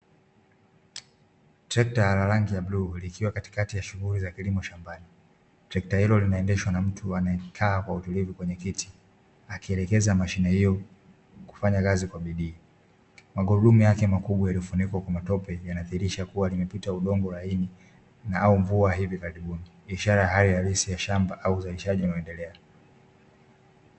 Trekta ya rangi ya bluu ikiwa katikati ya shughuli za kilimo shambani, trekta hilo linaendeshwa na mtu anayekaa kwa utulivu kwenye kiti akielekeza mashine hiyo kufanya kazi kwa bidii magurudumu yake makubwa yaliyo gubikwa matope yanadhihirisha kuwa limepita udongo laini na hao mvua hivi karibuni ishara ya hali halisi ya shamba au uzalishaji wa maendeleo.